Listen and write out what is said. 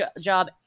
job